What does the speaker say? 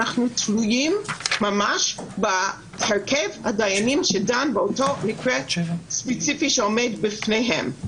אנחנו תלויים ממש בהרכב הדיינים שדן באותו מקרה ספציפי שעומד בפניהם.